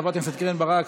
חברת הכנסת קרן ברק,